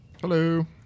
Hello